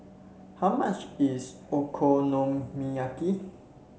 how much is Okonomiyaki